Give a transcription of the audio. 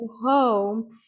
home